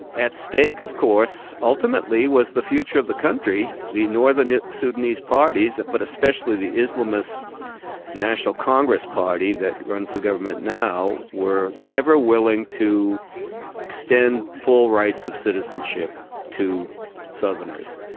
at stake of course, ultimately was the future of the country. the northern sudanese parties but especially the islamist national congress party that runs the government now, were never willing to extend full rights of citizenship to southerners.